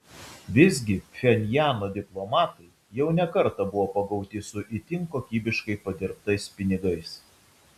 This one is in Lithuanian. visgi pchenjano diplomatai jau ne kartą buvo pagauti su itin kokybiškai padirbtais pinigais